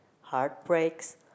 heartbreaks